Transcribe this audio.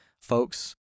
folks